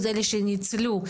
אלה שניצלו,